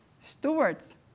Stewards